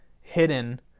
hidden